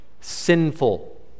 sinful